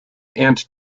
ant